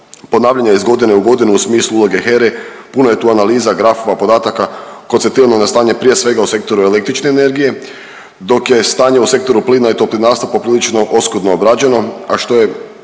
ponavljanje iz godine u godinu u smislu uloge HERE, puno je tu analiza, grafova, podataka koncentrirano na stanje prije svega u sektoru električne energije dok je stanje u sektoru plina i toplinarstva poprilično oskudno obrađeno, a što je